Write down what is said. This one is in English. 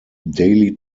daily